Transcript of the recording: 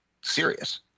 serious